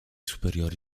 superiori